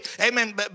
Amen